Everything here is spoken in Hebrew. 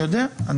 אני יודע,